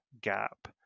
gap